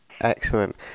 Excellent